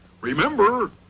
Remember